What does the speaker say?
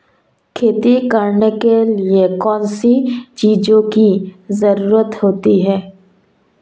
खेती करने के लिए कौनसी चीज़ों की ज़रूरत होती हैं?